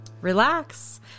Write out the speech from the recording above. relax